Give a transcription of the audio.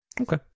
Okay